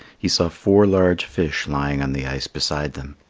he saw four large fish lying on the ice beside them.